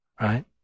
right